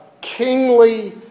kingly